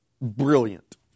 brilliant